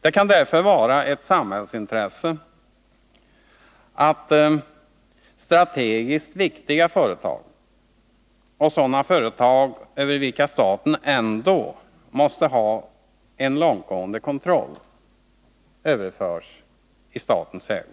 Det kan därför vara ett samhällsintresse att strategiskt viktiga företag och sådana företag över vilka staten ändå måste ha en långtgående kontroll överförs i statens ägo.